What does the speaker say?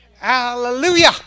Hallelujah